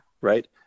right